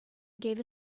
gave